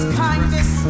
kindness